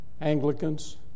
Anglicans